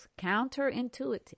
counterintuitive